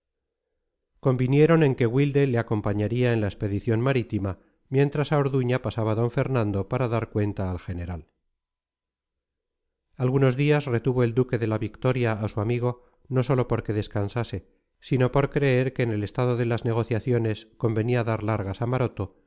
convinieron en que wilde le acompañaría en la expedición marítima mientras a orduña pasaba d fernando para dar cuenta al general algunos días retuvo el duque de la victoria a su amigo no sólo porque descansase sino por creer que en el estado de las negociaciones convenía dar largas a maroto